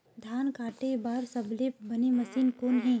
धान काटे बार सबले बने मशीन कोन हे?